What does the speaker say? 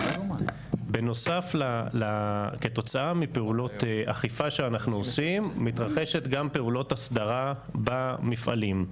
כתוצאה מפעולות אכיפה שאנחנו עושים מתרחשת גם פעולות הסדרה במפעלים.